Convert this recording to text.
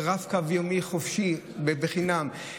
ורב-קו יומי חופשי בחינם.